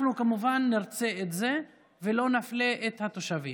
אנחנו כמובן נרצה את זה ולא נפלה את התושבים.